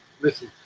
listen